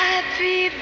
Happy